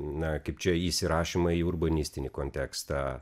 na kaip čia įsirašymą į urbanistinį kontekstą